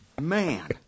man